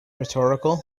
rhetorical